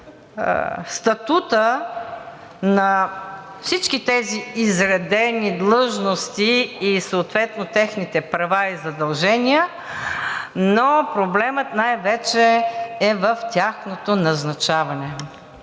статута на всички тези изредени длъжности и съответно техните права и задължения, но проблемът най-вече е в тяхното назначаване.